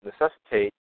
necessitate